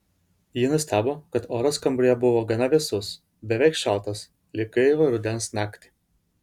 ji nustebo kad oras kambaryje buvo gana vėsus beveik šaltas lyg gaivią rudens naktį